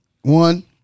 One